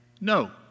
No